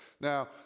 Now